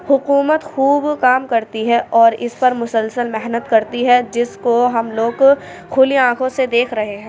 حکومت خوب کام کرتی ہے اور اس پر مسلسل محنت كرتی ہے جس کو ہم لوگ کھلی آنکھوں سے دیکھ رہے ہیں